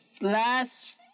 last